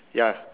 ya